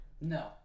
No